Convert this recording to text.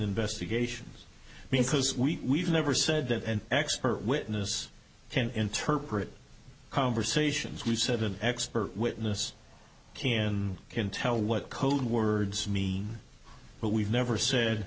investigations because we never said that an expert witness can interpret conversations we said an expert witness can can tell what code words mean but we've never said